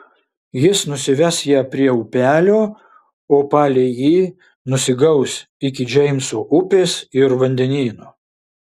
jis nusives ją prie upelio o palei jį nusigaus iki džeimso upės ir vandenyno